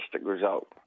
result